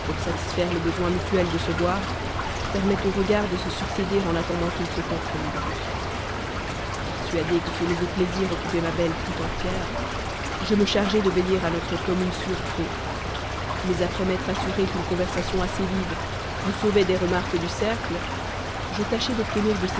pour satisfaire le besoin mutuel de se voir permet aux regards de se succéder en attendant qu'ils se confondent persuadé que ce nouveau plaisir occupait ma belle tout entière je me chargeai de veiller à notre commune sûreté mais après m'être assuré qu'une conversation assez vive nous sauvait des remarques du cercle je tâchai d'obtenir de